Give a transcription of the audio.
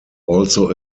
also